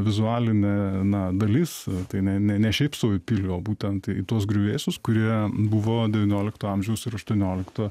vizualinė na dalis tai ne ne ne šiaip sau į pilį o būtent į tuos griuvėsius kurie buvo devyniolikto amžiaus ir aštuoniolikto